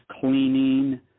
cleaning